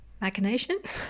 machinations